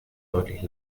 deutlich